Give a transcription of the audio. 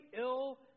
ill